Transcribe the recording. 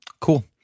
cool